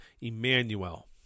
Emmanuel